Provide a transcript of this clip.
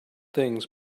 things